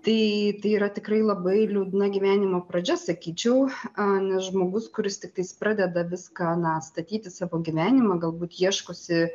tai yra tikrai labai liūdna gyvenimo pradžia sakyčiau a nes žmogus kuris tiktais pradeda viską atstatyti savo gyvenimą galbūt ieškosi